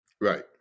Right